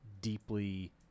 deeply